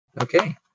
okay